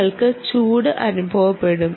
നിങ്ങൾക്ക് ചൂട് അനുഭവപ്പെടും